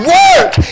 work